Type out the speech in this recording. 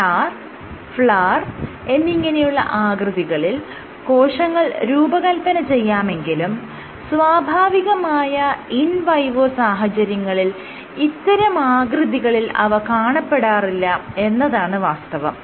star flower എന്നിങ്ങനെയുള്ള ആകൃതികളിൽ കോശങ്ങൾ രൂപകൽപന ചെയ്യാമെങ്കിലും സ്വാഭാവികമായ ഇൻ വൈവോ സാഹചര്യങ്ങളിൽ ഇത്തരം ആകൃതികളിൽ അവ കാണപ്പെടാറില്ല എന്നതാണ് വാസ്തവം